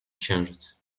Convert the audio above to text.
księżyc